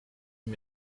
you